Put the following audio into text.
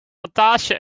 montage